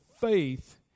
faith